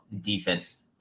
defense